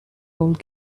old